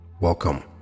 Welcome